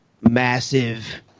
massive